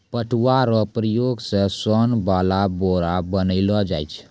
पटुआ रो प्रयोग से सोन वाला बोरा बनैलो जाय छै